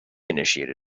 initiated